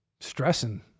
stressing